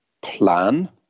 plan